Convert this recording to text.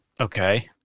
Okay